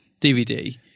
DVD